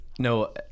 No